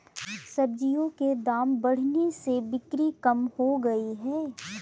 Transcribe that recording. सब्जियों के दाम बढ़ने से बिक्री कम हो गयी है